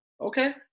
okay